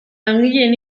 langileen